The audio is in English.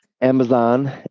Amazon